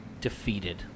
defeated